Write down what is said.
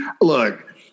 Look